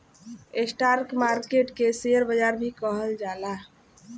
stock market के share बाजार भी कहल जाला